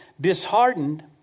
Disheartened